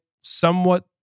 somewhat